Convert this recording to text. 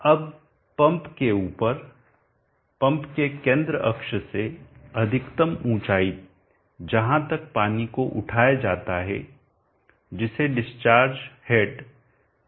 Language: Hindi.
अब पंप के ऊपर पंप के केंद्र अक्ष से अधिकतम ऊंचाई जहां तक पानी को उठाया जाता है जिसे डिस्चार्ज हेड hd कहा जाता है